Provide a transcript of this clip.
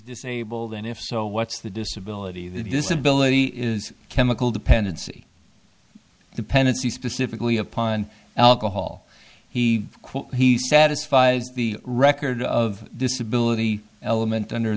of abled and if so what's the disability the disability is a chemical dependency dependency specifically upon alcohol he he satisfies the record of disability element under